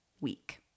week